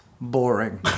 boring